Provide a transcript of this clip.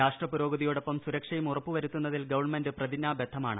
രാഷ്ട്ര പുരോഗതിയോടൊപ്പം സുരക്ഷയും ഉറപ്പ് വരുത്തുന്നതിൽ ഗവൺമെന്റ് പ്രതിജ്ഞാബദ്ധമാണ്